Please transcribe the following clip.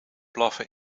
blaffen